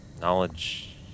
knowledge